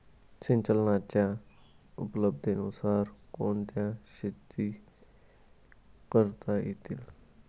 सिंचनाच्या उपलब्धतेनुसार कोणत्या शेती करता येतील?